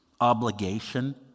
obligation